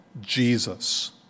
Jesus